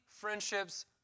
friendships